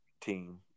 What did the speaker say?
team